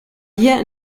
wir